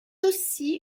aussi